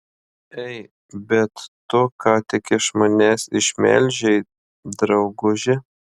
ei bet tu ką tik iš manęs išmelžei drauguži